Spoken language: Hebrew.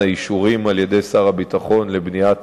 אישורים על-ידי שר הביטחון לבניית